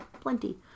plenty